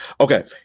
Okay